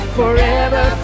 forever